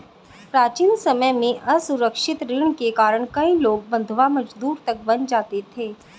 प्राचीन समय में असुरक्षित ऋण के कारण कई लोग बंधवा मजदूर तक बन जाते थे